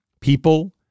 People